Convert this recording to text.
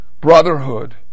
Brotherhood